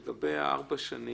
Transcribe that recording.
לגבי ארבע השנים